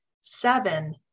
seven